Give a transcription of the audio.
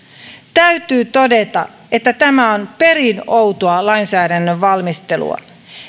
täytyy todeta että tämä on perin outoa lainsäädännön valmistelua